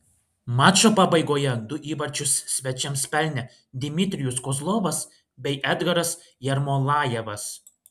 mačo pabaigoje du įvarčius svečiams pelnė dmitrijus kozlovas bei edgaras jermolajevas